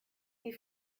des